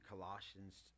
Colossians